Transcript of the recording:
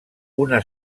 una